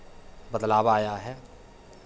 बदलाव आया है